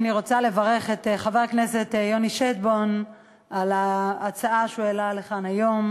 אני רוצה לברך את חבר הכנסת יוני שטבון על ההצעה שהוא העלה כאן היום.